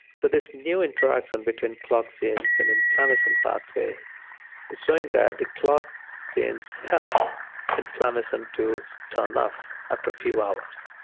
so this new interaction between clock genes and inflammation pathway is showing that the clock genes help inflammation to turn off after a few hours.